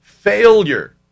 failure